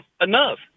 enough